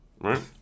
right